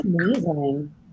amazing